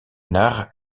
naar